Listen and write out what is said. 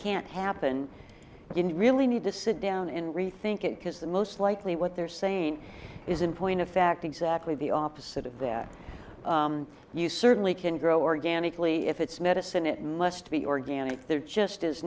can't happen when you really need to sit down and rethink it because the most likely what they're saying is in point of fact exactly the opposite of that you certainly can grow organically if it's medicine it must be organic there just is